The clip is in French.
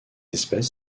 espèce